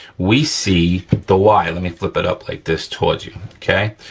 we see the y. let me flip it up like this towards you, okay?